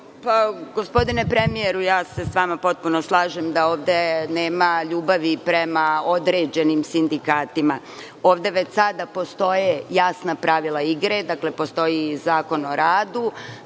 Gospodine premijeru, ja se sa vama potpuno slažem da ovde nema ljubavi prema određenim sindikatima. Ovde već sada postoje jasna pravila igra. Dakle, postoji Zakon o radu.